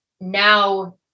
now